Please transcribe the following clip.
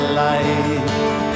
light